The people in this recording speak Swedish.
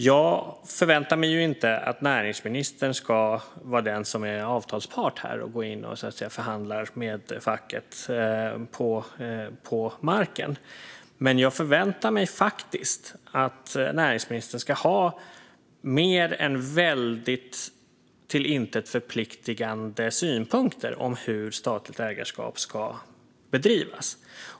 Jag förväntar mig inte att näringsministern ska vara avtalspart här och gå in och förhandla med facket på marken. Men jag förväntar mig faktiskt att näringsministern ska ha mer än väldigt till intet förpliktande synpunkter om hur statligt ägarskap ska bedrivas.